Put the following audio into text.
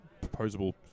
proposable